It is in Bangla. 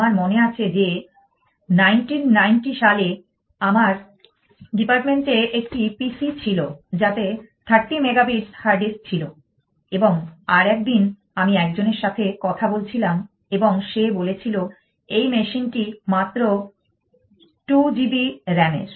আমার মনে আছে যে 1990 সালে আমার ডিপার্টমেন্টে একটি P C ছিল যাতে 30 মেগাবাইট হার্ড ডিস্ক ছিল এবং আরেকদিন আমি একজনের সাথে কথা বলছিলাম এবং সে বলেছিল এই মেশিনটি মাত্র 2 GB RAM এর